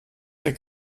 der